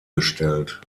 gestellt